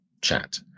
chat